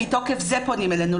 שמתוקף זה פונים אלינו,